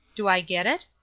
do i get it?